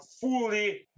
fully